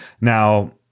Now